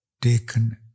taken